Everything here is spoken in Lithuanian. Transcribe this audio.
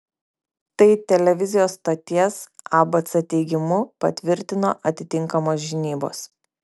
tai televizijos stoties abc teigimu patvirtino atitinkamos žinybos